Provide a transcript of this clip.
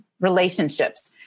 Relationships